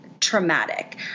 traumatic